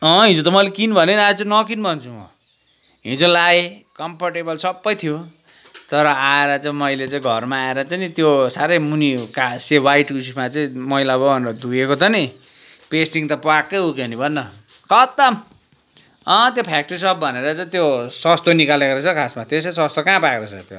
अँ हिजो त मैले किन भने नि आज नकिन भन्छु म हिजो लाएँ कम्फर्टेबल सबै थियो तर आएर चाहिँ मैले चाहिँ घरमा आएर चाहिँ नि त्यो साह्रै मुनि का से वाइट उयसमा चाहिँ मैला भयो भनेर धोएको त नि पेस्टिङ त प्वाक्कै उकियो नि भन न खतम अँ त्यो फ्याक्ट्री सप भनेर चाहिँ त्यो सस्तो निकालेको रहेछ खासमा त्यसै सस्तो कहाँ पाएको रहेछ र त्यो अन्त